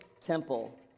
temple